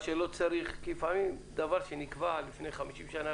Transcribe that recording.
לפעמים דבר שנקבע לפני 50 שנה,